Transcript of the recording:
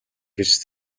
гэж